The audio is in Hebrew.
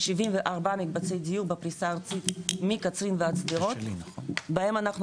74 משבצי דיור בפריסה ארצית מקצרין ועד שדרות בהם אנחנו